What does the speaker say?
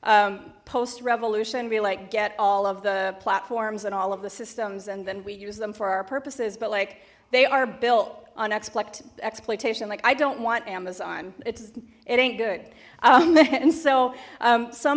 post revolution we like get all of the platforms and all of the systems and then we use them for our purposes but like they are built on x flecked exploitation like i don't want amazon it's it ain't good then so some